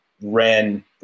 ran